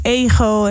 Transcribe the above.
ego